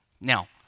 Now